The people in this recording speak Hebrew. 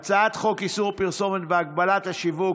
הצעת חוק איסור פרסומות והגבלת השיווק,